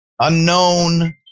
unknown